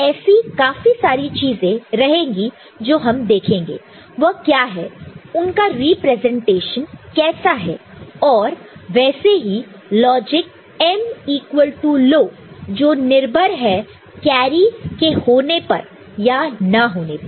तो ऐसी काफी सारी चीजें रहेंगी जो हम देखेंगे वह क्या है उनका रिप्रेजेंटेशन कैसा है और वैसे ही logic M equal to low जो निर्भर है कैरी के होने पर या ना होने पर